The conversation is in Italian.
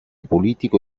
politico